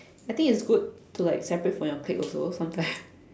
I think it's good to like separate from your clique also sometime